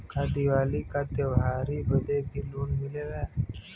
का दिवाली का त्योहारी बदे भी लोन मिलेला?